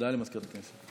הודעה למזכירת הכנסת.